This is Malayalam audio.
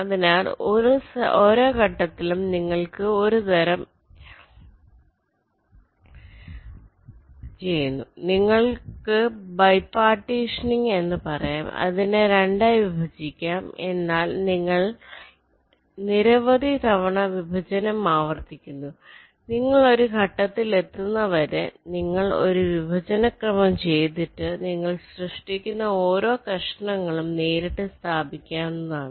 അതിനാൽ ഓരോ ഘട്ടത്തിലും നിങ്ങൾ ഒരു തരം a ചെയ്യുന്നു നിങ്ങൾക്ക് ബിപാർട്ടീഷനിങ് എന്ന് പറയാം അതിനെ 2 ആയി വിഭജിക്കാം എന്നാൽ നിങ്ങൾ നിരവധി തവണ വിഭജനം ആവർത്തിക്കുന്നു നിങ്ങൾ ഒരു ഘട്ടത്തിൽ എത്തുന്നതുവരെ നിങ്ങൾ ഒരു വിഭജന ക്രമം ചെയ്തിട്ട് നിങ്ങൾ സൃഷ്ടിക്കുന്ന ഓരോ കഷണങ്ങളും നേരിട്ട് സ്ഥാപിക്കാവുന്നതാണ്